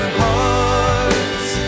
hearts